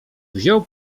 wziął